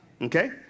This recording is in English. Okay